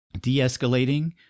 de-escalating